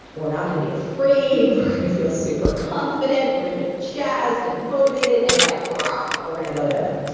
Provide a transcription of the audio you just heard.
we're not going to be afraid. we're going to feel super confident. we're going to be jazzed and motivated and like rah! ah we're going to go to it.